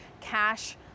cash